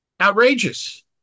outrageous